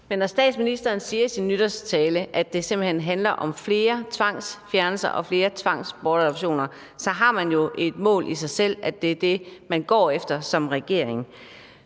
Når statsministeren i sin nytårstale siger, at det simpelt hen handler om flere tvangsfjernelser og flere tvangsbortadoptioner, er det jo et mål i sig selv – altså det er det, man som regering